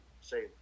say